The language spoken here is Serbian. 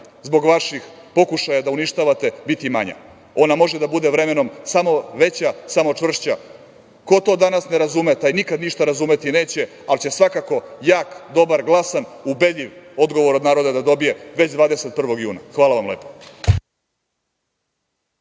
zbog vaših pokušaja da uništavate biti manja. Ona može da bude vremenom samo veća, samo čvršća. Ko to danas ne razume, taj nikada ništa razumeti neće, ali će svakako jak, dobar glasan, ubedljiv odgovor od naroda da dobije već 21. juna. Hvala vam lepo.